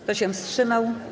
Kto się wstrzymał?